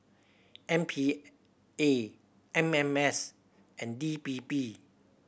M P A M M S and D P P